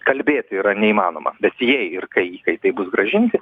kalbėti yra neįmanoma bet jei ir kai įkaitai bus grąžinti